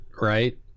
right